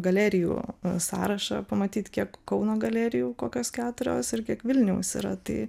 galerijų sąrašą pamatyt kiek kauno galerijų kokios keturios ir kiek vilniaus yra tai